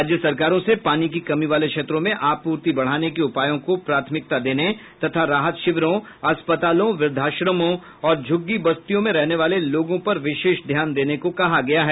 राज्य सरकारों से पानी की कमी वाले क्षेत्रों में आपूर्ति बढाने के उपायों को प्राथमिकता देने तथा राहत शिविरों अस्पतालों वृद्वाश्रमों और झुग्गी बस्तियों में रहने वाले लोगों पर विशेष ध्यान देने को कहा गया है